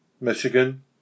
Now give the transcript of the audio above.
Michigan